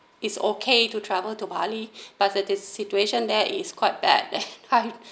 it's okay to travel to bali but the this situation there is quite bad that time